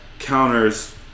Counters